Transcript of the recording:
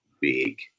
big